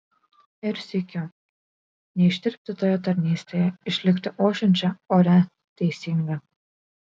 ir sykiu neištirpti toje tarnystėje išlikti ošiančia oria teisinga